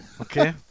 Okay